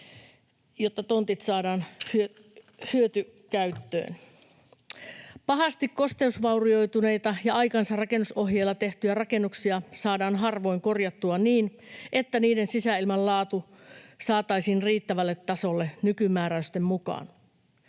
jotta tontit saadaan hyötykäyttöön. Pahasti kosteusvaurioituneita ja aikansa rakennusohjeilla tehtyjä rakennuksia saadaan harvoin korjattua niin, että niiden sisäilman laatu saataisiin riittävälle tasolle nykymääräysten mukaan.